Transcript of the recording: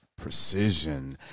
precision